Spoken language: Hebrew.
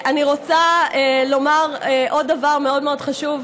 אני רוצה לומר על הדוכן הזה עוד דבר מאוד מאוד חשוב.